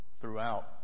throughout